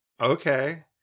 okay